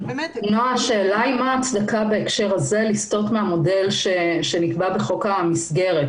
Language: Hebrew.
השאלה היא מה ההצדקה בהקשר הזה לסטות מהמודל שנקבע בחוק המסגרת,